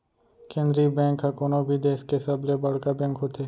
केंद्रीय बेंक ह कोनो भी देस के सबले बड़का बेंक होथे